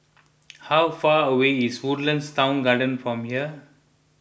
how far away is Woodlands Town Garden from here